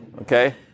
Okay